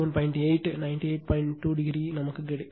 2o ampere கிடைக்கும்